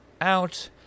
out